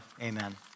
Amen